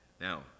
Now